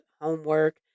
homework